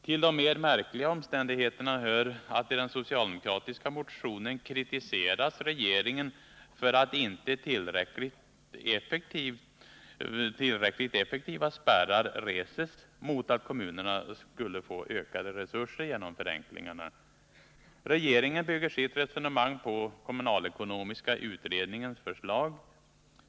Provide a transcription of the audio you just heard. Till de mera märkliga omständigheterna hör att i den socialdemokratiska motionen kritiseras regeringen för att inte tillräckligt effektiva spärrar reses mot att kommunerna skulle få ökade resurser genom förenklingarna. Regeringen bygger sitt resonemang på kommunalekonomiska utredningens förslag.